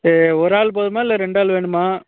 சரி ஒரு ஆள் போதுமா இல்லை ரெண்டு ஆள் வேணுமா